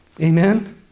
Amen